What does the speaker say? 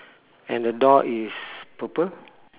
and the door is purple